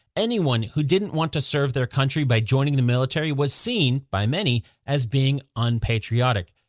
anyone who didn't want to serve their country by joining the military was seen by many as being unpatriotic.